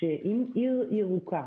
שאם בעיר ירוקה,